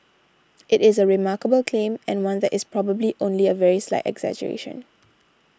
it is a remarkable claim and one that is probably only a very slight exaggeration